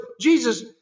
Jesus